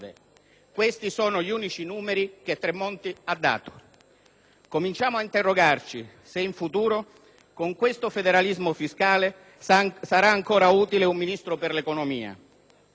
Iniziamo ad interrogarci se in futuro, con questo federalismo fiscale, saranno ancora utili un Ministro per l'economia ed una legge finanziaria che non ha più ragione di esistere.